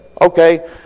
okay